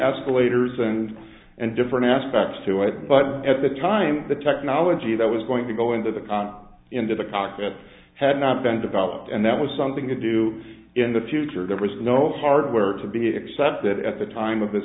escalators and and different aspects to it but at the time the technology that was going to go into the into the cockpit had not been developed and that was something to do in the future there was no hardware to be accepted at the time of this